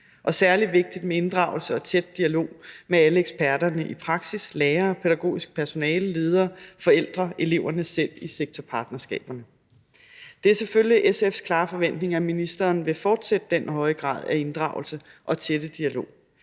og særlig vigtigt med inddragelse af og tæt dialog med alle eksperterne; i praksis er det læger, pædagogisk personale, ledere, forældre og eleverne selv i sektorpartnerskaberne. Det er selvfølgelig SF's klare forventning, at ministeren vil fortsætte den høje grad af inddragelse og den tætte dialog.